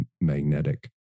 magnetic